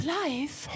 life